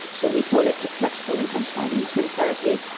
so we call it flexible intensified insulin therapy,